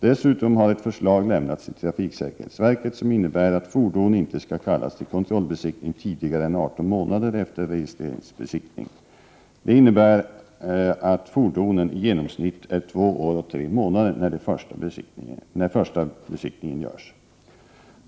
Dessutom har ett förslag lämnats till trafiksäkerhetsverket som innebär att fordon inte skall kallas till kontrollbesiktning tidigare än 18 månader efter registreringsbesiktning. Det innebär att fordonen i genomsnitt är två år och tre månader när den första besiktningen görs.